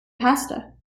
pasta